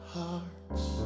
heart's